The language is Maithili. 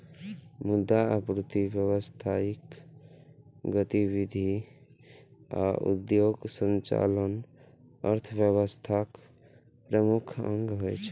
मुद्रा आपूर्ति, व्यावसायिक गतिविधि आ उद्योगक संचालन अर्थव्यवस्थाक प्रमुख अंग होइ छै